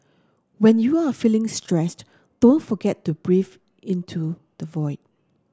when you are feeling stressed don't forget to breathe into the void